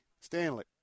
Stanley